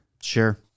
sure